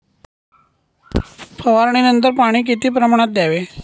फवारणीनंतर पाणी किती प्रमाणात द्यावे?